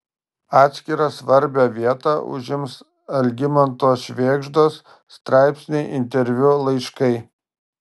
atskirą svarbią vietą užims algimanto švėgždos straipsniai interviu laiškai